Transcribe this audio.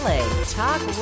Talk